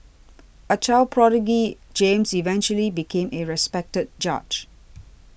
a child prodigy James eventually became a respected judge